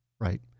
right